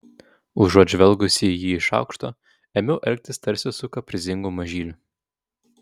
užuot žvelgusi į jį iš aukšto ėmiau elgtis tarsi su kaprizingu mažyliu